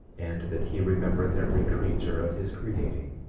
and that he remembereth every creature of his creating,